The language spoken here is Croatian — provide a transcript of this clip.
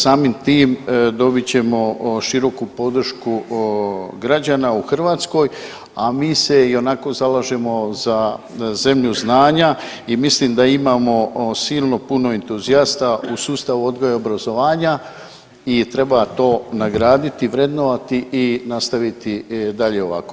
Samim tim dobit ćemo široku podršku građana u Hrvatskoj, a mi se ionako zalažemo za zemlju znanja i mislim da imamo silno puno entuzijasta u sustavu odgoja i obrazovanja i treba to nagraditi, vrednovati i nastaviti dalje ovako.